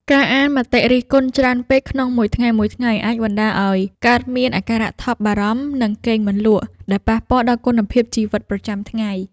ការអានមតិរិះគន់ច្រើនពេកក្នុងមួយថ្ងៃៗ អាចបណ្ដាលឱ្យកើតមានអាការៈថប់បារម្ភ និងគេងមិនលក់ ដែលប៉ះពាល់ដល់គុណភាពជីវិតប្រចាំថ្ងៃ។